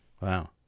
Wow